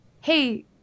Hey